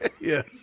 Yes